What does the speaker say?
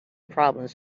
problems